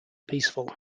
peaceful